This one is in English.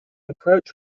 approach